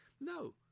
No